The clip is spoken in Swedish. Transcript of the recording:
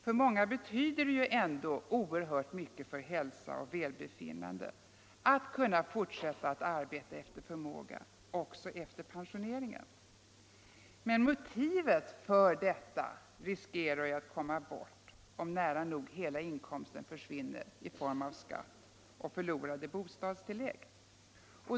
För många betyder det oerhört mycket för hälsa och välbefinnande att kunna fortsätta att arbeta efter förmåga också efter pensioneringen, men motivet för detta riskerar att komma bort om nära nog hela inkomsten försvinner i form av skatt och förlorade bostadstillägg.